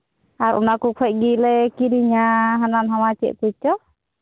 ᱟᱨ ᱚᱱᱟ ᱠᱚ ᱠᱷᱚᱡ ᱜᱮᱞᱮ ᱠᱤᱨᱤᱧᱟ ᱦᱟᱱᱟ ᱱᱚᱣᱟ ᱪᱮᱫ ᱠᱚᱪᱚᱝ